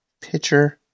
pitcher